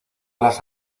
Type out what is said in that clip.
las